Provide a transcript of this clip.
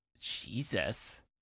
Jesus